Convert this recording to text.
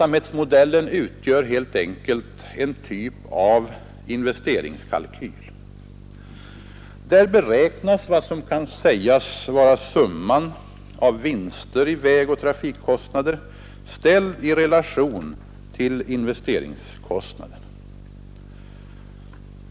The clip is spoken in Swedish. Modellen utgör helt enkelt en typ av investeringskalkyl. Där beräknas vad som kan sägas vara summan av vinster i vägoch trafikkostnader, ställd i relation till investeringskostnader.